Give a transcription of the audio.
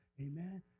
Amen